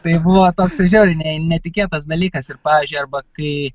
tai buvo toks žiauriai ne netikėtas dalykas ir pavyzdžiui arba kai